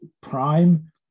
prime